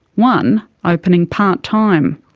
one opening part time.